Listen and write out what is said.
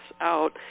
out